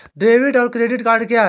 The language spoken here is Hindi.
डेबिट और क्रेडिट क्या है?